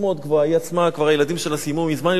היא עצמה, הילדים שלה סיימו מזמן ללמוד בבית-הספר.